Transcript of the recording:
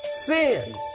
sins